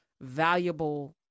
valuable